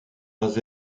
pas